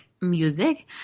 music